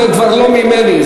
זה כבר לא ממני,